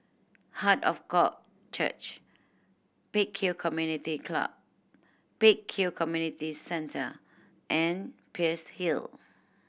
Heart of God Church Pek Kio Community Club Pek Kio Community Centre and Peirce Hill